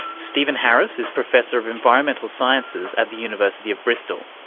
stephen harris is professor of environmental sciences at the university of bristol.